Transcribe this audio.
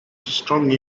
strong